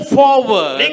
forward